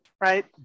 right